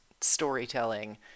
storytelling